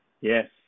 Yes